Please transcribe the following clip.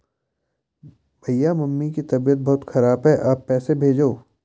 भैया मम्मी की तबीयत बहुत खराब है आप पैसे भेजो